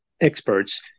experts